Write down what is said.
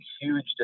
huge